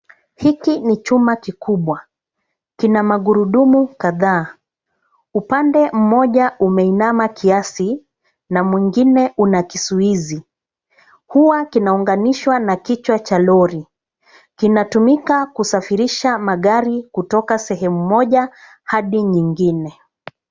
Hiki ni chuma kikubwa. Kina magurudumu kadhaa. Upande mmoja umeinama kiasi na mwingine una kizuizi. Huwa kinaunganishwa na kichwa cha lori .Kinatumika kusafirisha magari kutoka sehemu moja hadi nyingine.